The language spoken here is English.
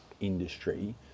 industry